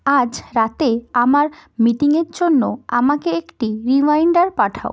আজ রাতে আমার মিটিংয়ের জন্য আমাকে একটি রিমাইন্ডার পাঠাও